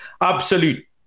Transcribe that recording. Absolute